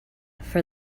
for